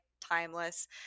timeless